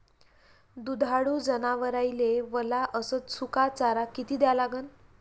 दुधाळू जनावराइले वला अस सुका चारा किती द्या लागन?